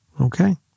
Okay